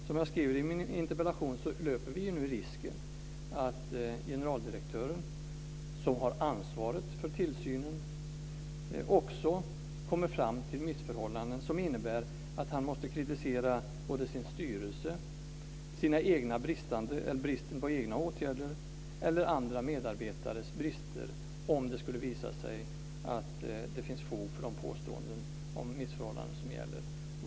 Som jag skriver i min interpellation löper vi nu risken att generaldirektören, som har ansvaret för tillsynen, måste kritisera sin styrelse, bristen på egna åtgärder eller andra medarbetares brister, om det skulle visa sig att det finns fog för påståendena om missförhållanden.